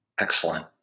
Excellent